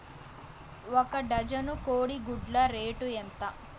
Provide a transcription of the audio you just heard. ఒక డజను కోడి గుడ్ల రేటు ఎంత?